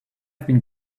have